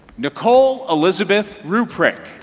nicole elizabeth ruprik